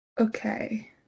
okay